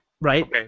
Right